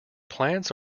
plants